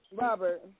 Robert